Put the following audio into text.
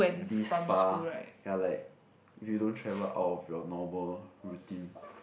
this far ya like you don't travel of your normal routine